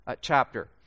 chapter